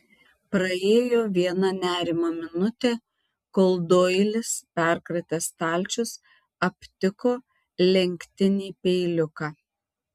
praėjo viena nerimo minutė kol doilis perkratęs stalčius aptiko lenktinį peiliuką